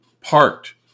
parked